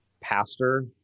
pastor